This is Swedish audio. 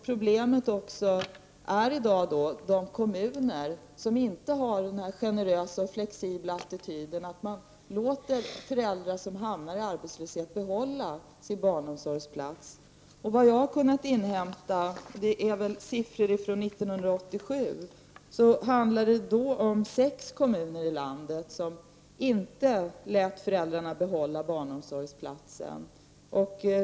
Problemet är i dag de kommuner som inte har den generösa och flexibla attityden att låta föräldrar som hamnar i arbetslöshet behålla sin barnomsorgsplats. Enligt vad jag har kunnat inhämta — det är siffror från 1987 — var det sex kommuner i landet som inte lät föräldrarna behålla barnomsorgsplatsen.